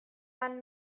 man